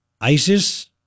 ISIS